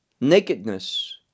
nakedness